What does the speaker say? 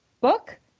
book